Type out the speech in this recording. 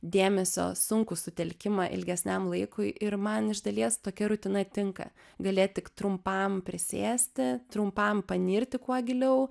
dėmesio sunkų sutelkimą ilgesniam laikui ir man iš dalies tokia rutina tinka galėt tik trumpam prisėsti trumpam panirti kuo giliau